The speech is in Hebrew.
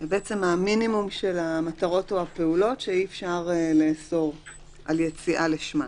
בעצם המינימום של המטרות או הפעולות שאי-אפשר לאסור על יציאה לשמה.